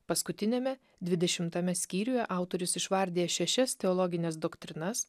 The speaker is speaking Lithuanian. paskutiniame dvidešimtame skyriuje autorius išvardija šešias teologines doktrinas